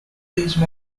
lose